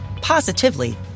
positively